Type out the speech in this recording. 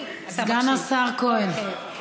סגן השר כהן.